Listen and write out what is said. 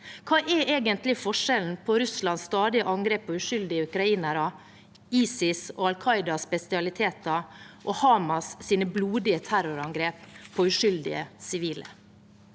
Hva er egentlig forskjellen på Russlands stadige angrep på uskyldige ukrainere, ISIS’ og Al Qaidas bestialiteter og Hamas’ blodige terrorangrep på uskyldige sivile?